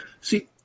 See